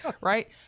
Right